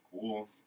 cool